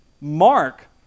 mark